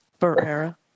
Barrera